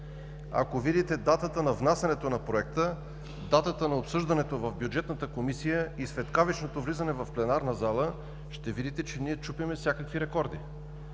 Ако видите датата на внасянето на Проекта, датата на обсъждането в Бюджетната комисия и светкавичното влизане в пленарната зала, ще видите, че ние чупим всякакви рекорди.